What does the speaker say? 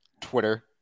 Twitter